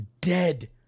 dead